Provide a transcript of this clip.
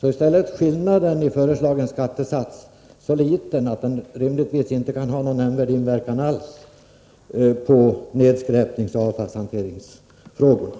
finner man att skillnaden i föreslagen skattesats är så liten att den inte rimligen kan ha någon inverkan alls i nedskräpningsoch avfallshanteringssammanhang.